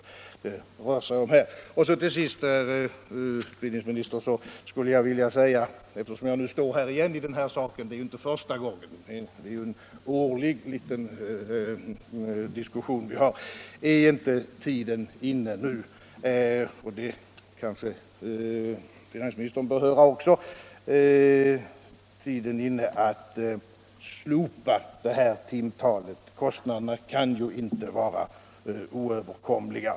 För det tredje skulle jag vilja fråga herr utbildningsministern — när jag nu står här igen och diskuterar denna fråga, som årligen återkommer — om inte tiden nu är inne att slopa den här begränsningen av timantalet. — Det kanske också finansministern bör höra. — Kostnaderna kan ju inte vara oöverkomliga.